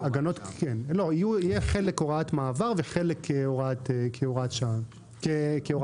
יהיה חלק כהוראת מעבר וחלק כהוראת קבע.